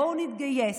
בואו נתגייס.